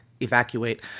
evacuate